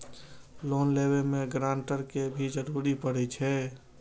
Loan लेबे में grantor के भी जरूरी परे छै?